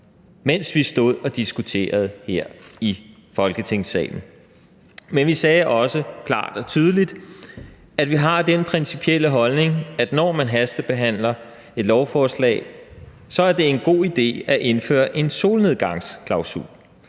mens vi stod og diskuterede her i Folketingssalen. Men vi sagde også klart og tydeligt, at vi har den principielle holdning, at når man hastebehandler et lovforslag, er det en god idé at indføre en solnedgangsklausul.